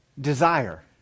desire